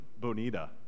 Bonita